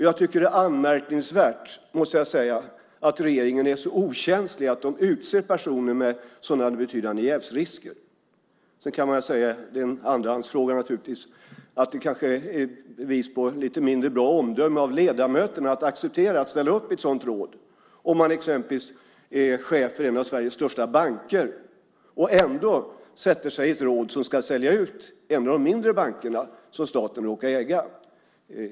Jag tycker att det är anmärkningsvärt att regeringen är så okänslig att regeringen utser personer med sådana betydande jävsrisker. En andrahandsfråga är - naturligtvis - att det kanske är ett bevis på ett mindre bra omdöme hos ledamöterna att acceptera att ställa upp i ett råd om man till exempel är chef för en av Sveriges största banker om rådet ska sälja ut en av de mindre banker som staten råkar äga.